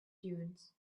dunes